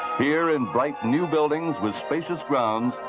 here in bright new buildings with spacious grounds,